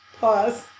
Pause